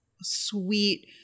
sweet